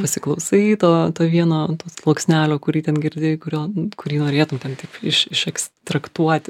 pasiklausai to to vieno tos sluoksnelio kurį ten girdėjai kurio kurį norėtum ten taip iš išekstratuoti